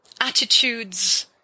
attitudes